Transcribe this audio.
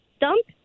dump